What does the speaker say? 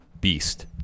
beast